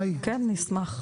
כן, נשמח.